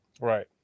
Right